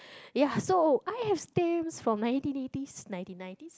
ya so I have stamps from nineteen eighties nineteen nineties